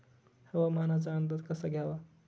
हवामानाचा अंदाज कसा घ्यावा?